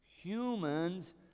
Humans